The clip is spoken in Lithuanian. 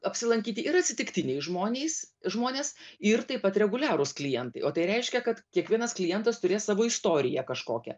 apsilankyti ir atsitiktiniai žmonės žmonės ir taip pat reguliarūs klientai o tai reiškia kad kiekvienas klientas turės savo istoriją kažkokią